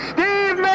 Steve